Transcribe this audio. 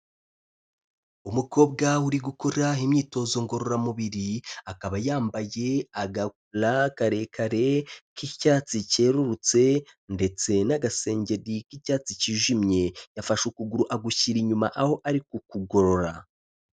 Umukobwa uri gukora imyitozo ngororamubiri, akaba yambaye agakola karekare k'icyatsi cyerurutse ndetse n'agasengeri k'icyatsi kijimye, yafashe ukuguru agushyira inyuma aho ari kugorora.